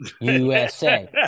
USA